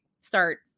start